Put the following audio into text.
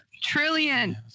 Trillion